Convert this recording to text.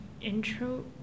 intro